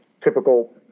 typical